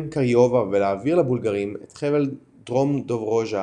קראיובה ולהעביר לבולגרים את חבל דרום דוברוג'ה